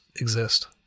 exist